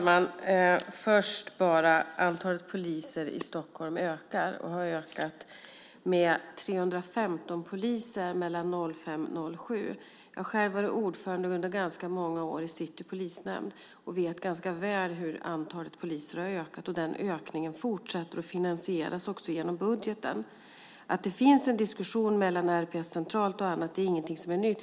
Herr talman! Antalet poliser i Stockholm ökar och har ökat med 315 tjänster mellan 2005 och 2007. Jag har själv varit ordförande i City polisnämnd under ganska många år och vet ganska väl hur antalet poliser har ökat. Den ökningen fortsätter att finansieras genom budgeten. Att det finns en diskussion mellan RPS centralt och annat är ingenting som är nytt.